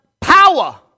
power